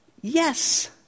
Yes